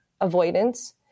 avoidance